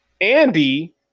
Andy